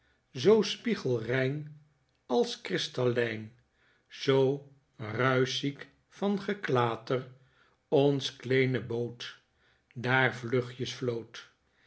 zoo spiegelrein als krystallijn zoo ruischziek van geklater ons kleene boot daar vlugjes vlood